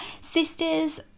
sisters